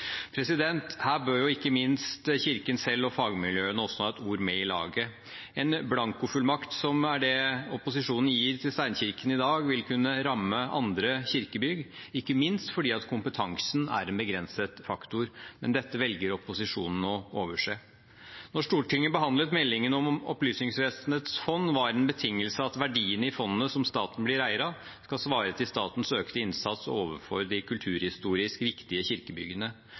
Her bør ikke minst Kirken selv og fagmiljøene også ha et ord med i laget. En blankofullmakt, som er det opposisjonen gir til steinkirkene i dag, vil kunne ramme andre kirkebygg, ikke minst fordi kompetansen er en begrenset faktor. Men dette velger opposisjonen å overse. Da Stortinget behandlet meldingen om Opplysningsvesenets fond, var en betingelse at verdiene i fondet som staten blir eier av, skal svare til statens økte innsats overfor de kulturhistorisk viktige kirkebyggene.